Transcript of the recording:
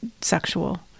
sexual